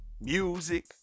music